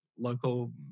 local